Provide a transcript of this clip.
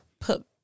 put